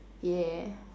yeah